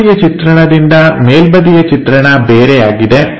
ಮುಂಬದಿಯ ಚಿತ್ರಣದಿಂದ ಮೇಲ್ಬದಿಯ ಚಿತ್ರಣ ಬೇರೆಯಾಗಿದೆ